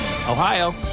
Ohio